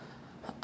!wah!